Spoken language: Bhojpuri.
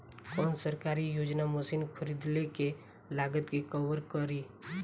कौन सरकारी योजना मशीन खरीदले के लागत के कवर करीं?